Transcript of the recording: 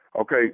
Okay